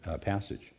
passage